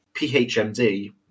PHMD